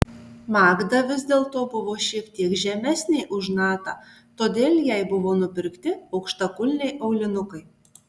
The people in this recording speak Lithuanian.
magda vis dėlto buvo šiek tiek žemesnė už natą todėl jai buvo nupirkti aukštakulniai aulinukai